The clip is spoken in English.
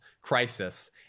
crisis